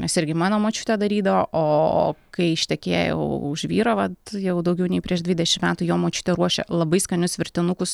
nes irgi mano močiutė darydavo o o kai ištekėjau už vyro vat jau daugiau nei prieš dvidešim metų jo močiutė ruošia labai skanius virtinukus